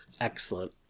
Excellent